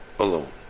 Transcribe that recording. alone